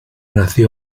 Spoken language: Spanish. nació